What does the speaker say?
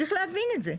צריך להבין את זה.